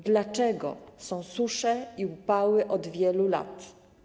Dlaczego są susze i upały od wielu lat?